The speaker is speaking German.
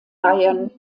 bayern